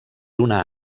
una